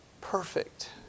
perfect